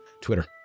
Twitter